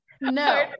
No